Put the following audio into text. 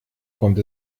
kommt